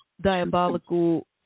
diabolical